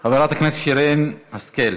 חברת הכנסת שרן השכל.